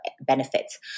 benefits